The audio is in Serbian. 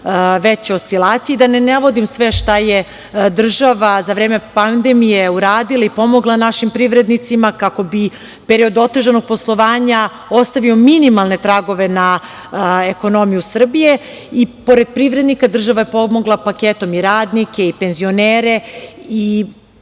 veće oscilacije. Da ne navodim sve šta je država za vreme pandemije uradila i pomogla našim privrednicima kako bi period otežanog poslovanja ostavio minimalne tragove na ekonomiju Srbije. Pored privrednika, država je pomogla paketom i radnike i penzionere.